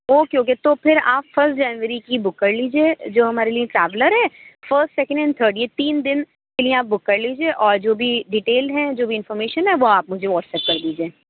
okay okay تو پھر آپ فسٹ جنوری کی بک کر لیجیے جو ہمارے لیے ٹریولر ہے فسٹ سیکنڈ اینڈ تھرڈ یہ تین دِن کے لیے آپ بک کر لیجیے اور جو بھی ڈٹیلڈ ہیں جو بھی انفارمیشن ہیں وہ آپ مجھے واٹس ایپ کر دیجیے